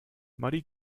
muddy